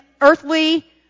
earthly